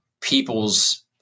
people's